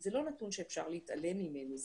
זה לא נתון שאפשר להתעלם ממנו,